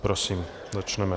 Prosím, začneme.